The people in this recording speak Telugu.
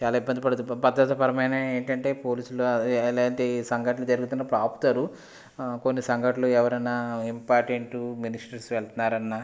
చాలా ఇబ్బంది పాడుతూ బ భద్రత పరమైనవి ఏంటంటే పోలీసులు ఇలాంటి సంఘటన జరుగుతున్నప్పుడు ఆపుతారు కొన్ని సంఘటనలు ఎవరైనా ఇంపార్టంట్ మినిస్టర్స్ వెళ్తున్నారన్నా